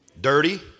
dirty